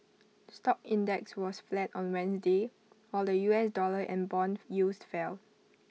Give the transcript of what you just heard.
stock index was flat on Wednesday while the U S dollar and Bond yields fell